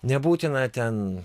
nebūtina ten